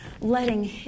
letting